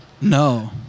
No